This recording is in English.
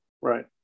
Right